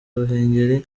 ruhengeri